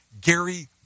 Gary